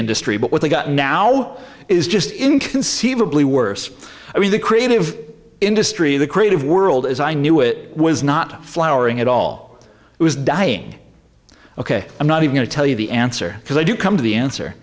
industry but what they got now is just inconceivably worse i mean the creative industry the creative world as i knew it was not flowering at all it was dying ok i'm not even to tell you the answer because i do come to the answer